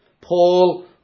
Paul